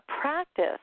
practice